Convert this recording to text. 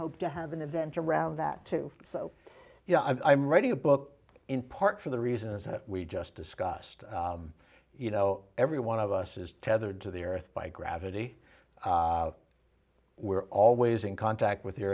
hope to have an event around that too so you know i'm writing a book in part for the reasons that we just discussed you know every one of us is tethered to the earth by gravity we're always in contact with